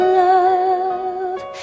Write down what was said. love